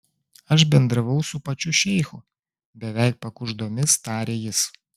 aš bendravau su pačiu šeichu beveik pakuždomis tarė jis